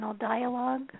dialogue